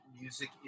music